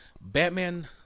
Batman